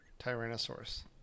Tyrannosaurus